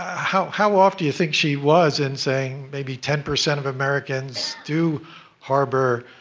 how how off do you think she was in saying, maybe ten percent of americans do harbor